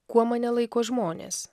kuo mane laiko žmonės